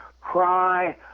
cry